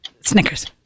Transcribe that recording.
Snickers